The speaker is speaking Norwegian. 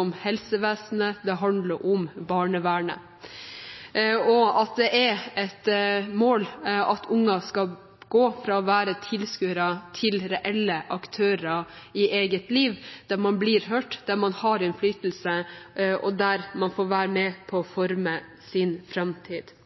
om helsevesenet eller om barnevernet. Det er et mål at unger skal gå fra å være tilskuere til reelle aktører i eget liv, der man blir hørt, der man har innflytelse, og der man får være med på å forme sin framtid.